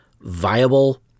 viable